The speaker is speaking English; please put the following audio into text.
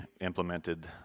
implemented